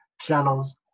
channels